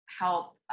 help